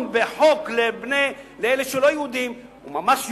בחוק לאלה שהם לא-יהודים זה ממש יופי.